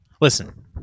Listen